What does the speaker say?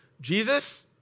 Jesus